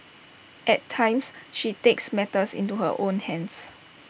at times she takes matters into her own hands